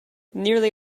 nearly